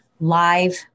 live